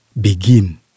begin